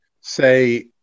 say